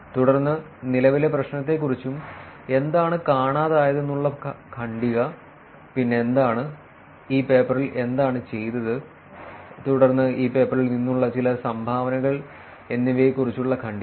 തുടർന്ന് നിലവിലെ പ്രശ്നത്തെക്കുറിച്ചും എന്താണ് കാണാതായതെന്നുമുള്ള ഖണ്ഡിക പിന്നെ എന്താണ് ഈ പേപ്പറിൽ എന്താണ് ചെയ്തത് തുടർന്ന് ഈ പേപ്പറിൽ നിന്നുള്ള ചില സംഭാവനകൾ എന്നിവയെക്കുറിച്ചുള്ള ഖണ്ഡിക